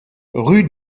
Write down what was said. rue